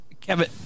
Kevin